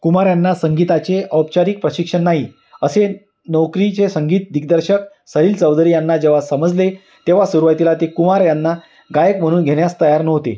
कुमार यांना संगीताचे औपचारिक प्रशिक्षण नाही असे नौकरीचे संगीत दिग्दर्शक सलील चौधरी यांंना जेव्हा समजले तेव्हा सुरुवातीला ते कुमार यांना गायक म्हणून घेण्यास तयार नव्हते